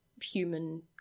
human